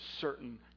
certain